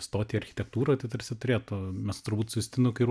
stoti į architektūrą tai tarsi turėtų mes turbūt su justinu kai